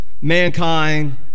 mankind